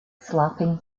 slapping